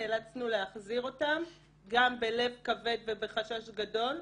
נאלצנו להחזיר אותם בלב כבד ובחשש גדול,